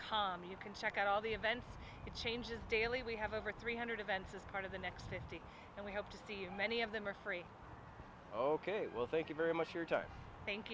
com you can check out all the events it changes daily we have over three hundred events as part of the next fifty and we hope to see you many of them are free oh ok well thank you very much your time thank